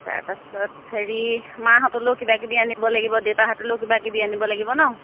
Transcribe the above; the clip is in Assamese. তাৰপাছত হেৰি মাহঁতলেও কিবা কিবি আনিব লাগিব দেউতাহঁতলৈও কিবা কিবি আনিব লাগিব নহ্